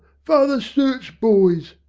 father sturt's boys!